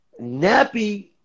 Nappy